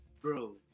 bro